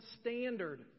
standard